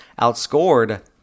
outscored